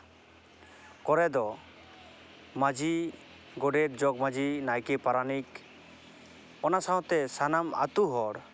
ᱠᱚᱨᱮ ᱫᱚ ᱢᱟᱹᱡᱷᱤ ᱜᱚᱰᱮᱛ ᱡᱚᱜᱽᱢᱟᱹᱡᱷᱤ ᱱᱟᱭᱠᱮ ᱯᱟᱨᱟᱱᱤᱠ ᱚᱱᱟ ᱥᱟᱶᱛᱮ ᱥᱟᱱᱟᱢ ᱟᱹᱛᱩ ᱦᱚᱲ